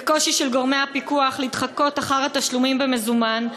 וקושי של גורמי הפיקוח להתחקות אחר התשלומים במזומן,